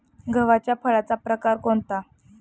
गव्हाच्या फळाचा प्रकार कोणता?